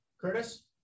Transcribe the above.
Curtis